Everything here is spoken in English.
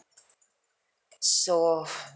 so